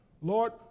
Lord